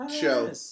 show